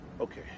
Okay